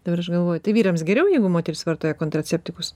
dabar aš galvoju tai vyrams geriau jeigu moteris vartoja kontraceptikus